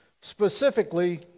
Specifically